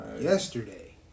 yesterday